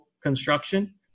construction